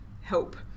help